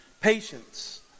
Patience